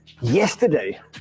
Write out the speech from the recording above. yesterday